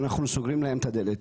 אנחנו סוגרים להם את הדלת,